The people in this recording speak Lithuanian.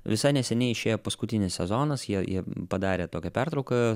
visai neseniai išėjo paskutinis sezonas jie jie padarė tokią pertrauką